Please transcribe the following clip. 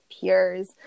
peers